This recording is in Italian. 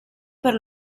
per